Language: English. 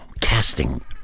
casting